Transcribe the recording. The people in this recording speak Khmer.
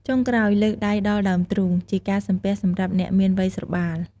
ចុងក្រោយ លើកដៃដល់ដើមទ្រូង ជាការសំពះសម្រាប់អ្នកមានវ័យស្របាល។